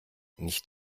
nicht